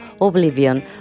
oblivion